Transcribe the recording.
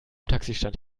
taxistand